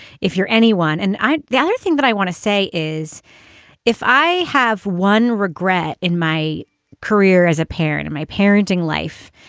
if you're anyone and i other think that i want to say is if i have one regret in my career as a parent and my parenting life,